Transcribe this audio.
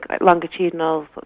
longitudinal